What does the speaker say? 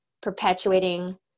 perpetuating